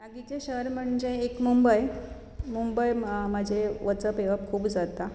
लागींचें शहर म्हणजे एक मुंबय मुंबय म्हजें वचप येवप खूब जाता